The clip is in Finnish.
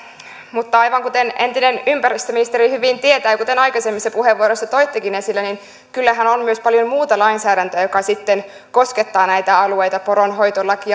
mutta aivan kuten entinen ympäristöministeri hyvin tietää ja kuten aikaisemmissa puheenvuoroissa toittekin esille niin kyllähän on myös paljon muuta lainsäädäntöä joka sitten koskettaa näitä alueita poronhoitolaki